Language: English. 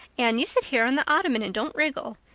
anne, you sit here on the ottoman and don't wiggle.